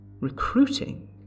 Recruiting